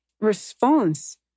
response